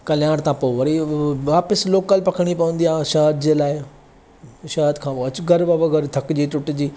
कल्याण था पोइ वरी वापसि लोकल पकड़िणी पवंदी आहे शहर जे लाइ शहर खां पोइ अचु घरु बाबा घरु थकिजी टुटिजी